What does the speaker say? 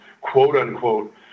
quote-unquote